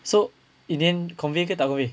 so in the end convey ke tak convey